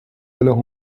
alors